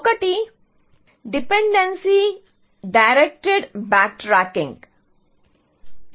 ఒకటి dependency directed backtracking అంటారు